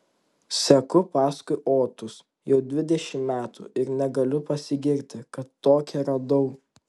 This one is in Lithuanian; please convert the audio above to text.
seku paskui otus jau dvidešimt metų ir negaliu pasigirti kad tokią radau